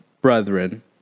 brethren